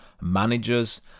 managers